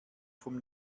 vom